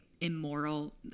immoral